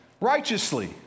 righteously